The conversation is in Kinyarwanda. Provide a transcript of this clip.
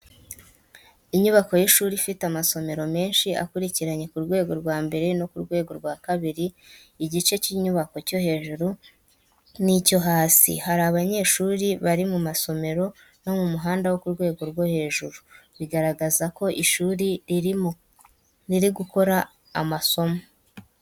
Inyubako y’ishuri ifite amasomero menshi akurikiranye ku rwego rwa mbere no ku rwego rwa kabiri igice cy'inyubako cyo hejuru n'icyo hasi. Hari abanyeshuri bari mu masomero no mu muhanda wo ku rwego rwo hejuru, bigaragaza ko ishuri riri gukora amasomo.